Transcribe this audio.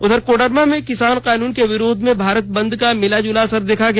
उधर कोडरमा में किसान कानून के विरोध में भारत बंद का मिलाजुला असर देखा गया